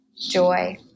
joy